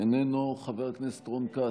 איננו, חבר הכנסת רון כץ,